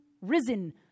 risen